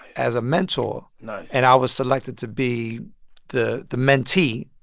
as a mentor nice and i was selected to be the the mentee.